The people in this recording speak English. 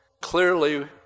Clearly